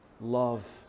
love